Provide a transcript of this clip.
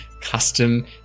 custom